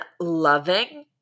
loving